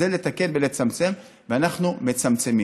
זה לתקן ולצמצם, ואנחנו מצמצמים.